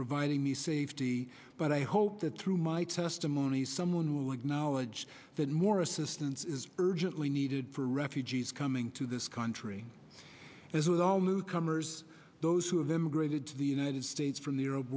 providing me safety but i hope that through my testimony someone will acknowledge that more assistance is urgently needed for refugees coming to this country as with all new comers those who have emigrated to the united states from the arab